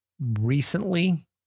recently